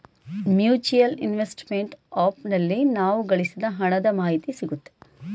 mutual investment app ನಲ್ಲಿ ನಾವು ಗಳಿಸಿದ ಹಣದ ಮಾಹಿತಿ ಸಿಗುತ್ತೆ